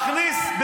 מכניס,